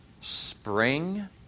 spring